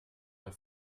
der